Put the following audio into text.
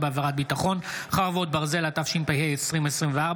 ישראל ביתנו והעבודה להביע אי-אמון בממשלה נתקבלה.